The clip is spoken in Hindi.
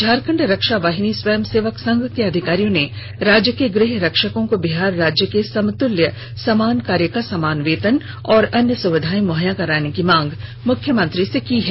झारखंड रक्षा वाहिनी स्वयं सेवक संघ के अधिकारियों ने राज्य के गृह रक्षकों को बिहार राज्य के समतुल्य समान कार्य का समान वेतन और अन्य सुविधायें मुहैया करने की मांग मुख्यमंत्री से की है